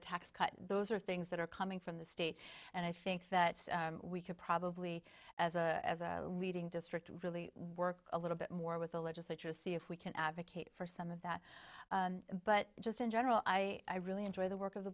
a tax cut those are things that are coming from the state and i think that we could probably as a leading district really work a little bit more with the legislature to see if we can advocate for some of that but just in general i really enjoy the work